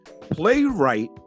playwright